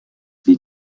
les